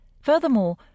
Furthermore